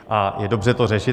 A je dobře to řešit.